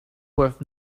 worth